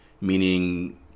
meaning